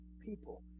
people